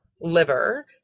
liver